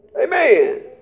Amen